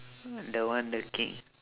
the one the king